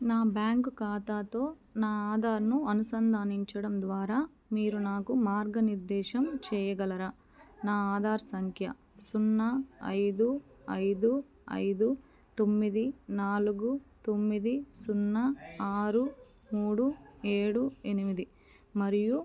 నా బ్యాంకు ఖాతాతో నా ఆధార్ను అనుసంధానించడం ద్వారా మీరు నాకు మార్గనిర్దేశం చేయగలరా నా ఆధార్ సంఖ్య సున్నా ఐదు ఐదు ఐదు తొమ్మిది నాలుగు తొమ్మిది సున్నా ఆరు మూడు ఏడు ఎనిమిది మరియు